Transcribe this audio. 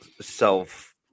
self